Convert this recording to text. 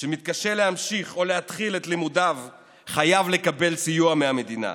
שמתקשה להמשיך או להתחיל את לימודיו חייב לקבל סיוע מהמדינה.